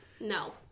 no